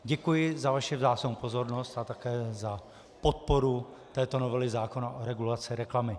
Děkuji za vaši vzácnou pozornost a také za podporu této novely zákona o regulaci reklamy.